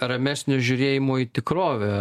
ramesnio žiūrėjimo į tikrovę